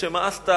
כשמאסת,